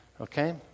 okay